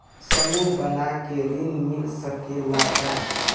समूह बना के ऋण मिल सकेला का?